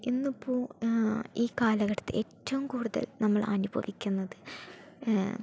ഇന്ന് ഇപ്പോൾ ഈ കാലഘട്ടത്തിൽ ഏറ്റവും കൂടുതൽ നമ്മൾ അനുഭവിക്കുന്നത്